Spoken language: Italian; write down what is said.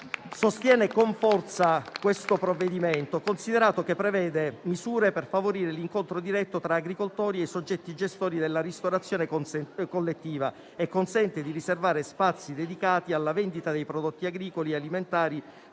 sostiene con forza questo provvedimento, considerato che prevede misure per favorire l'incontro diretto tra agricoltori e soggetti gestori della ristorazione collettiva e consente di riservare spazi dedicati alla vendita dei prodotti agricoli e alimentari